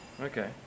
Okay